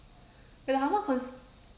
wait ah the con~